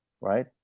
right